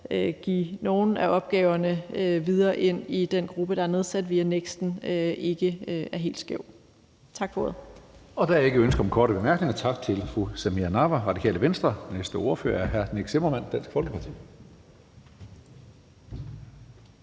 give nogle af opgaverne videre til den gruppe, der er nedsat via NEKST, ikke er helt skævt. Tak for ordet. Kl. 14:48 Tredje næstformand (Karsten Hønge): Der er ikke ønske om korte bemærkninger. Tak til fru Samira Nawa, Radikale Venstre. Den næste ordfører er hr. Nick Zimmermann, Dansk Folkeparti.